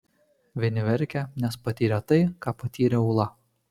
vieni verkė nes patyrė tai ką patyrė ūla